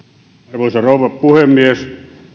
arvoisa rouva puhemies